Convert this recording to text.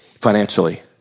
financially